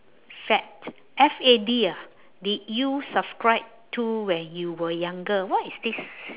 fad F A D ah did you subscribe to when you were younger what is this